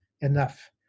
enough